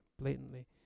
blatantly